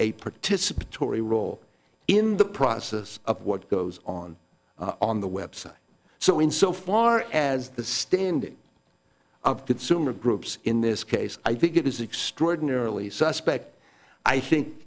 a participatory role in the process of what goes on on the website so in so far as the standing of consumer groups in this case i think it is extraordinarily suspect i think